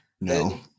No